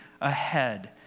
ahead